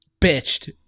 bitched